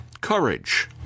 courage